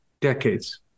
decades